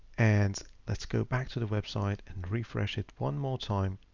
and let's go back to the website and refresh it one more time.